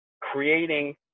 creating